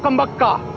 um baghdad,